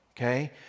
okay